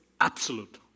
absolute